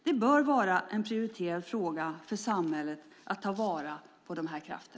Det bör vara en prioriterad fråga för samhället att ta vara på dessa krafter.